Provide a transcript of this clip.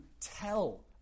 tell